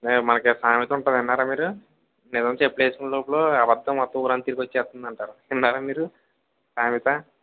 మనకి ఒక సామెత ఉంటాది విన్నారా మీరు నిజం చెప్పులేసుకునే లోపులు అబద్దం మొత్తం ఊరంతా తిరిగోచ్చేత్తుందంటారు విన్నారా మీరు సామెత